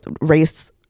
race